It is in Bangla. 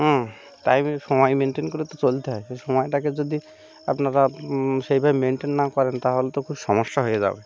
হুম টাইমের সময় মেনটেন করে তো চলতে হয় সেই সময়টাকে যদি আপনারা সেইভাবে মেনটেন না করেন তাহলে তো খুব সমস্যা হয়ে যাবে